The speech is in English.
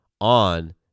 on